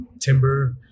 timber